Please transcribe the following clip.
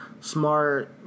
smart